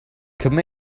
come